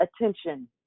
attention